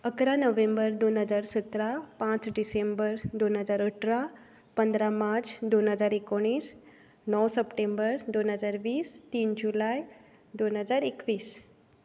इकरा नोव्हेंबर दोन हजार सतरा पांच डिसेंबर दोन हजार अठरा पंदरा मार्च दोन हजार एकुणीस णव सप्टेंबर दोन हजार वीस तीन जुलय दोन हजार एकवीस